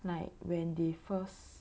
like when they first